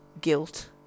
guilt